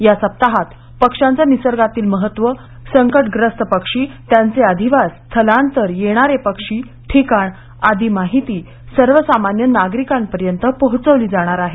या सप्ताहात पक्ष्यांचं निसर्गातील महत्व संकटग्रस्त पक्षी त्यांचे अधिवास स्थलांतर येणारे पक्षी ठिकाण आदी माहिती सर्वसामान्य नागरिकांपर्यंत पोहोचविली जाणार आहे